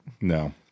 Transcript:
No